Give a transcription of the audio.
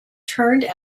turned